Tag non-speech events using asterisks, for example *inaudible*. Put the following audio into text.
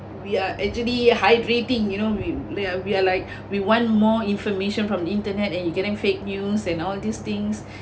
we are actually hydrating you know we're we're like *breath* we want more information from internet and you getting fake news and all these things *breath*